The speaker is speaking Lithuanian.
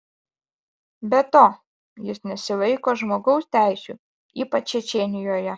be to jis nesilaiko žmogaus teisių ypač čečėnijoje